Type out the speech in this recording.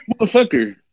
motherfucker